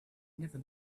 never